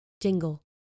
jingle